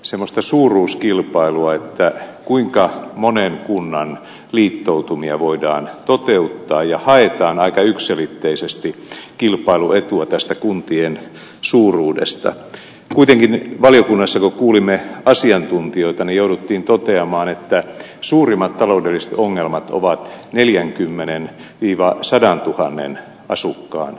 se mustasuuruuskilpailuaittää kuinka monen kunnan liittoutumia voidaan toteuttaa ja haitta on aika yksiselitteisesti kilpailuetua tästä kuntien suuruudesta kuitenkin valiokunnassa tuo kuulimme asiantuntijoita jouduttiin toteamaan että suurimmat taloudelliset ongelmat ovat neljänkymmenen viiva sadan tuhannen asukkaan